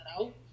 out